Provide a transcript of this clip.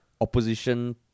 opposition